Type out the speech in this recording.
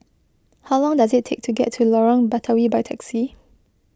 how long does it take to get to Lorong Batawi by taxi